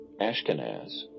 Ashkenaz